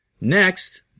Next